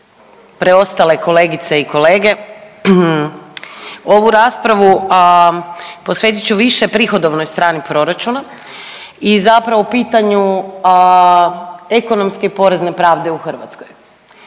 preostale kolegice i kolege ovu raspravu posvetit ću više prihodovnoj strani proračuna i zapravo pitanju ekonomske i porezne pravde u Hrvatskoj.